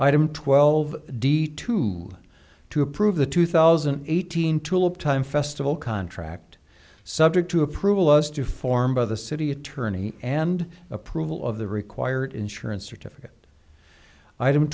item twelve d two to approve the two thousand and eighteen tulip time festival contract subject to approval was due form by the city attorney and approval of the required insurance certificate item